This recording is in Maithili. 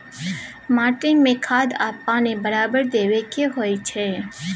माटी में खाद आ पानी बराबर देबै के होई छै